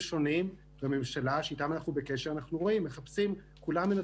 הבין-לאומיים, ידע רב שנצבר במקום הזה.